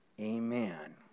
Amen